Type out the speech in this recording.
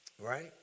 right